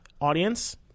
audience